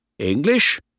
English